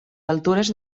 altures